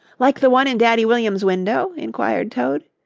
like the one in daddy williams' window? inquired toad.